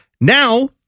Now